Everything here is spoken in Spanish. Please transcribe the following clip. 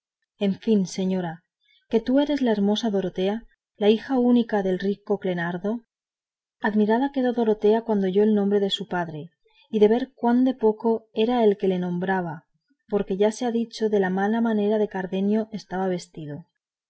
en fin señora que tú eres la hermosa dorotea la hija única del rico clenardo admirada quedó dorotea cuando oyó el nombre de su padre y de ver cuán de poco era el que le nombraba porque ya se ha dicho de la mala manera que cardenio estaba vestido